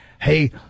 hey